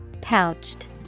Pouched